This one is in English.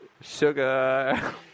sugar